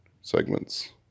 segments